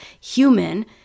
human